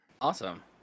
Awesome